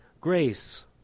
grace